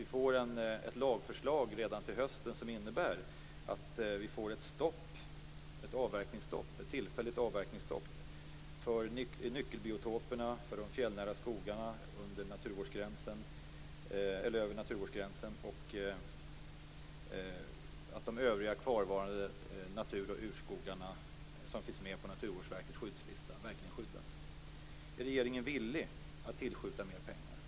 Vi borde få ett lagförslag redan till hösten som innebär ett tillfälligt avverkningsstopp för nyckelbiotoperna och för de fjällnära skogarna över naturvårdsgränsen. De övriga kvarvarande natur och urskogarna som finns med på Naturvårdsverkets skyddslista måste också verkligen skyddas. Är regeringen villig att tillskjuta mer pengar?